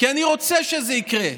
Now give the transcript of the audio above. כי אני רוצה שזה יקרה,